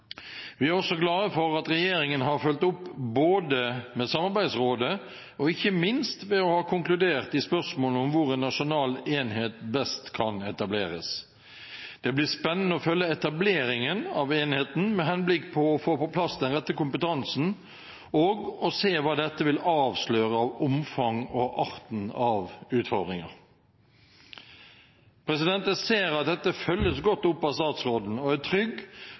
Vi er også glade for at regjeringen har fulgt opp både med samarbeidsrådet og ikke minst ved å ha konkludert i spørsmålene om hvor en nasjonal enhet best kan etableres. Det blir spennende å følge etableringen av enheten med henblikk på å få på plass den rette kompetansen og å se hva dette vil avsløre av omfang og arten av utfordringer. Jeg ser at dette følges godt opp av statsråden, og er trygg